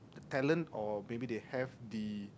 talent or maybe they have the